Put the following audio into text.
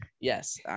Yes